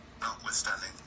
Notwithstanding